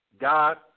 God